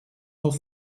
old